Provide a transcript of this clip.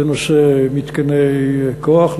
לנושא מתקני כוח,